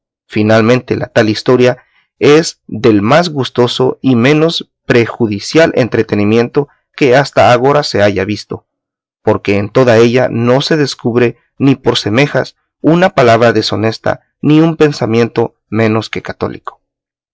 finalmente la tal historia es del más gustoso y menos perjudicial entretenimiento que hasta agora se haya visto porque en toda ella no se descubre ni por semejas una palabra deshonesta ni un pensamiento menos que católico